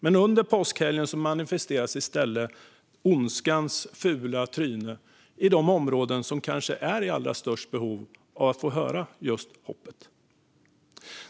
Men under påskhelgen manifesterade sig i stället ondskans fula tryne i de områden som kanske är i allra störst behov av att få höra om just hoppet.